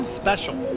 special